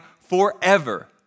forever